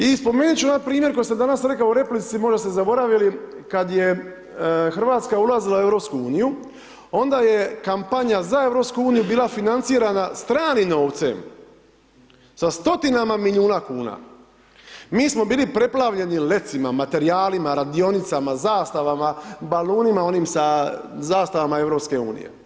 I spomenut ću na primjer ko što sam danas rekao u replici možda ste zaboravili, kad je Hrvatska ulazila u EU onda je kampanja za EU bila financirana stranim novcem sa stotinama milijuna kuna, mi smo bili preplavljeni lecima, materijalima, radionicama, zastavama, balunima onim sa zastavama EU.